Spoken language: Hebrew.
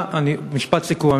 משפט סיכום.